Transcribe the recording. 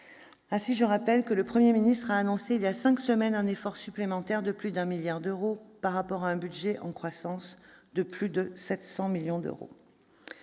Ainsi, je rappelle que le Premier ministre a annoncé il y a cinq semaines un effort supplémentaire de plus d'un milliard d'euros, par rapport à un budget en croissance de plus de 700 millions d'euros.